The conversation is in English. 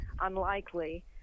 unlikely